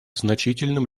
значительным